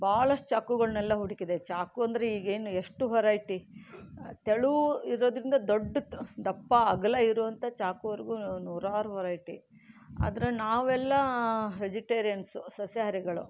ಭಾಳಷ್ಟು ಚಾಕುಗಳನ್ನೆಲ್ಲ ಹುಡುಕಿದೆ ಚಾಕು ಅಂದರೆ ಈಗೇನು ಎಷ್ಟು ವೆರೈಟಿ ತೆಳು ಇರೋದರಿಂದ ದೊಡ್ಡ ದಪ್ಪ ಅಗಲ ಇರೋವಂಥ ಚಾಕುವರೆಗೂ ನೂರಾರು ವೆರೈಟಿ ಆದರೆ ನಾವೆಲ್ಲ ವೆಜಿಟೇರಿಯನ್ಸ್ ಸಸ್ಯಹಾರಿಗಳು